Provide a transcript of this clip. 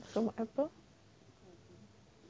什么 apple